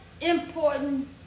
important